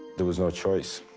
there was no choice.